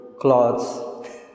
cloths